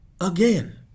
again